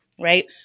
right